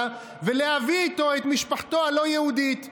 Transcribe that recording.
ולהביא איתו את משפחתו הלא-יהודית.